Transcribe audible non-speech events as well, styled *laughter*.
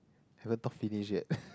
haven't talk finish yet *laughs*